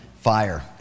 fire